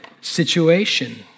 situation